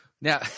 now